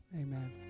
Amen